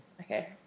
okay